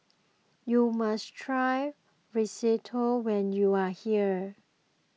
you must try Risotto when you are here